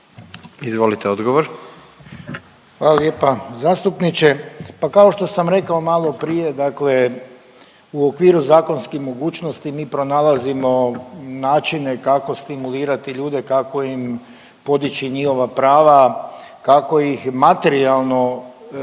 Branko (HDS)** Hvala lijepa zastupniče. Pa kao što sam rekao maloprije, dakle u okviru zakonskih mogućnosti mi pronalazimo načine kako stimulirati ljude, kako im podići njihova prava, kako ih materijalno činiti